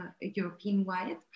European-wide